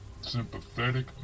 Sympathetic